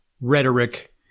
rhetoric